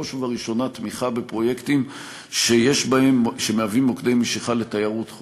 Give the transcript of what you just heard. בראש ובראשונה תמיכה בפרויקטים שמהווים מוקדי משיכה לתיירות חוץ,